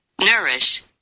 nourish